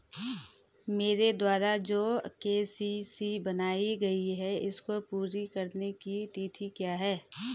मेरे द्वारा जो के.सी.सी बनवायी गयी है इसको पूरी करने की तिथि क्या है?